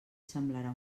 semblarà